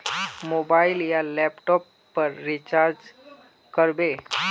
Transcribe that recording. Mobile या laptop पेर recharge कर बो?